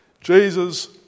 Jesus